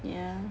yeah